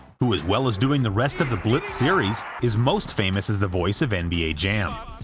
who as well as doing the rest of the blitz series, is most famous as the voice of and nba jam.